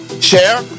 share